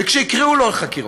וכשיקראו לו לחקירה,